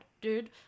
dude